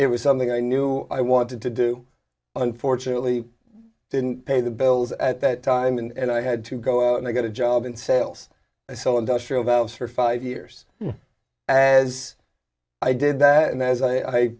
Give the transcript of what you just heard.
it was something i knew i wanted to do unfortunately didn't pay the bills at that time and i had to go out and i got a job in sales i sell industrial valves for five years as i did that and as i